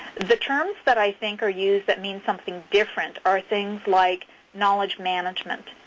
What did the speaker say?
the terms that i think are used that mean something different are things like knowledge management.